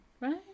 right